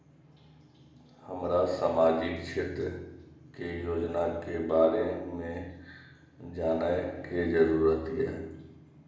हमरा सामाजिक क्षेत्र के योजना के बारे में जानय के जरुरत ये?